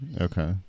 okay